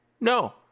no